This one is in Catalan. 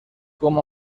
com